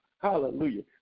Hallelujah